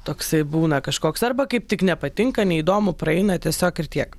toksai būna kažkoks arba kaip tik nepatinka neįdomu praeina tiesiog ir tiek